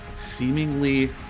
Seemingly